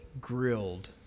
grilled